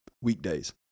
weekdays